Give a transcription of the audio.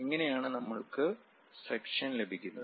ഇങ്ങനെ ആണ് നമ്മൾക്കു സെക്ഷൻ ലഭിക്കുന്നത്